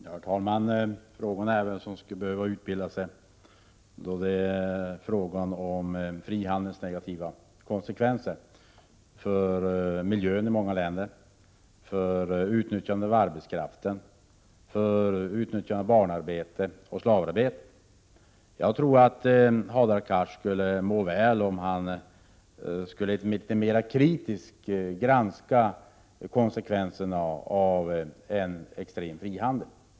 Herr talman! Frågan är vem som skulle behöva utbilda sig när det gäller frihandelns negativa konsekvenser för miljön i många länder, vad gäller utnyttjande av arbetskraft och utnyttjande av barnoch slavarbete. Jag tror att Hadar Cars skulle må väl av att litet mera kritiskt granska konsekvenserna av en extrem frihandel.